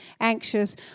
anxious